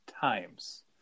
times